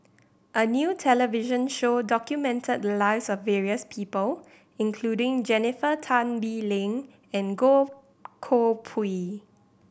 a new television show documented the lives of various people including Jennifer Tan Bee Leng and Goh Koh Pui